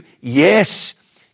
Yes